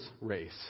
race